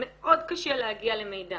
מאוד קשה להגיע למידע.